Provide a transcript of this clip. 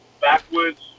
backwards